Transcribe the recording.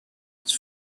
its